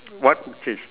what would change